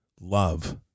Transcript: love